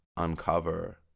uncover